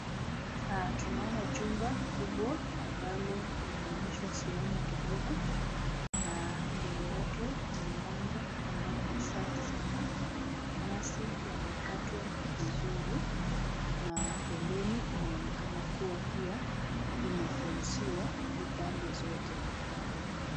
Hapa tunaona chumba kubwa ambalo limeonyesha sehemu kidogo na mbele yake ni huwanja ambayo ni safi sana , nyasi yamekatwa vizuri na pembene inaonekana imefensiwa pande zote.